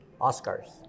Oscars